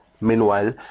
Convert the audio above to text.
meanwhile